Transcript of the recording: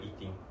eating